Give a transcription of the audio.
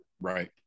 Right